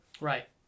Right